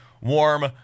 warm